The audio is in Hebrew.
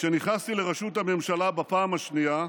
כשנכנסתי לראשות הממשלה בפעם השנייה,